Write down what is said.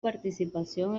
participación